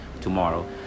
tomorrow